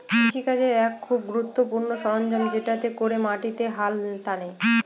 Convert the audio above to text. কৃষি কাজের এক খুব গুরুত্বপূর্ণ সরঞ্জাম যেটাতে করে মাটিতে হাল টানে